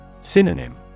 Synonym